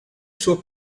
suo